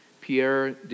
Pierre